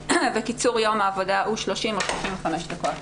וקיצור יום העבודה הוא 30 או 35 דקות,